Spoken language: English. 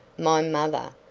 my mother,